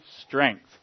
strength